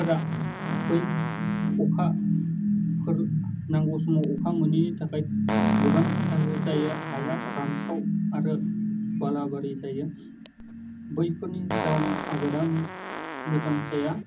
फोरा बै अखाफोर नांगौ समाव अखा मोनिनि थाखाय गोबां गाज्रि जायो हाया रानस्राव आरो बालाबारि जायो बैफोरनि जाउनाव आबादा मोजां जाया